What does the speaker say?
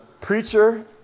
preacher